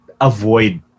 avoid